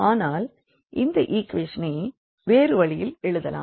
ஆனால் இந்த ஈக்வெஷன் ஐ வேறு வழியில் எழுதலாம்